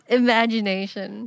imagination